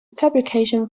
fabrication